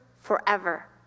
forever